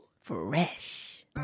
fresh